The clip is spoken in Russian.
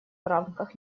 рамках